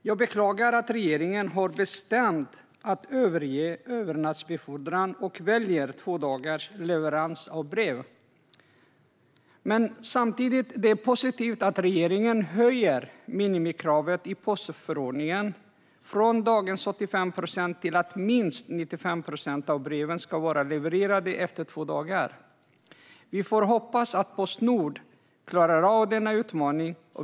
Jag beklagar att regeringen har bestämt att överge övernattbefordran och väljer två dagars leverans av brev, men det är samtidigt positivt att regeringen höjer minimikravet i postförordningen från dagens 85 procent till att minst 95 procent av breven ska vara levererade efter två dagar. Vi får hoppas att Postnord klarar av denna utmaning.